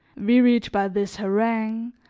wearied by this harangue,